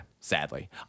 Sadly